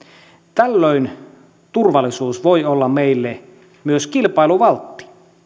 tällöin turvallisuus voi olla meille myös kilpailuvaltti